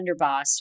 underboss